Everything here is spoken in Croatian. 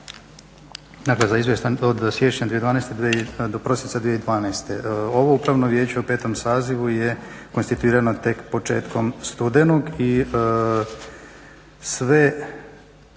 Dakle za izvjestan od 2011. do prosinca 2012. Ovo Upravno vijeće u 5. sazivu je konstituirano tek početkom studenog i svi